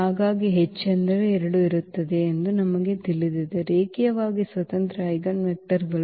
ಹಾಗಾಗಿ ಹೆಚ್ಚೆಂದರೆ 2 ಇರುತ್ತದೆ ಎಂದು ನಮಗೆ ತಿಳಿದಿದೆ ರೇಖೀಯವಾಗಿ ಸ್ವತಂತ್ರ ಐಜೆನ್ವೆಕ್ಟರ್ಗಳು